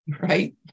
right